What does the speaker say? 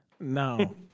No